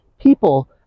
People